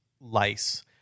lice